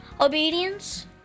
obedience